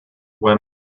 when